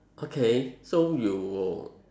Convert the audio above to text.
okay so you